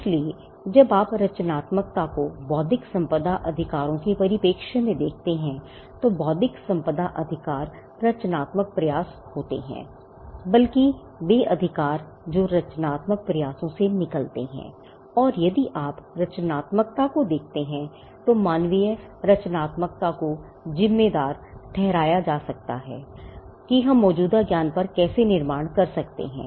इसलिए जब आप रचनात्मकता को बौद्धिक संपदा अधिकारों के परिप्रेक्ष्य से देखते हैं तो बौद्धिक संपदा अधिकार रचनात्मक प्रयास होते हैं या बल्कि वे अधिकार जो रचनात्मक प्रयासों से निकलते हैं और यदि आप रचनात्मकता को देखते हैं तो मानवीय रचनात्मकता को जिम्मेदार ठहराया जा सकता है कि मौजूदा ज्ञान हम पर कैसे निर्माण करते हैं